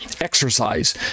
exercise